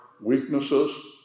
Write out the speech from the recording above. weaknesses